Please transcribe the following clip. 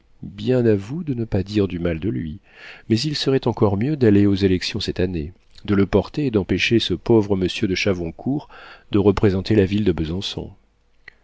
bien à vous de ne pas dire du mal de lui mais il serait encore mieux d'aller aux élections cette année de le porter et d'empêcher ce pauvre monsieur de chavoncourt de représenter la ville de besançon